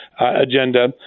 agenda